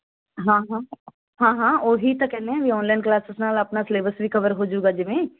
ਹਾਂ ਹਾਂ ਹਾਂ ਹਾਂ ਉਹੀ ਤਾਂ ਕਹਿੰਦੇ ਹਾਂ ਬਈ ਆਨਲਾਈਨ ਕਲਾਸਿਸ ਨਾਲ ਆਪਣਾ ਸਿਲੇਬਸ ਵੀ ਕਵਰ ਹੋ ਜਾਊਗਾ ਜਿਵੇਂ